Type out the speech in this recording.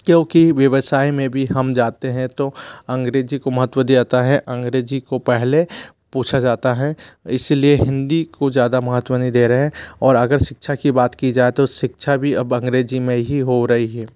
क्योंकि व्यवसाय में भी हम जाते हैं तो अंग्रेजी को महत्त्व दिया जाता है अंग्रेजी को पहले पूछा जाता है इसीलिए हिन्दी को ज़्यादा महत्त्व नही दे रहे हैं और अगर शिक्षा की बात की जाए तो शिक्षा भी अब अंग्रेजी में ही हो रही है